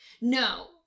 No